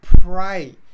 pray